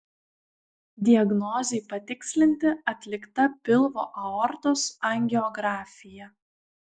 diagnozei patikslinti atlikta pilvo aortos angiografija